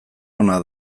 ona